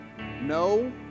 no